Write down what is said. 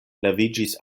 leviĝis